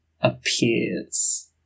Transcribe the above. appears